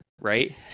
Right